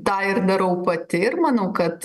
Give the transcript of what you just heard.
tą ir darau pati ir manau kad